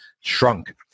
shrunk